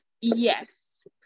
yes